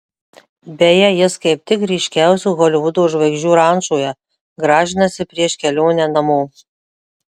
beje jis kaip tik ryškiausių holivudo žvaigždžių rančoje gražinasi prieš kelionę namo